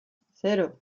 cero